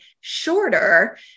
shorter